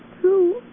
true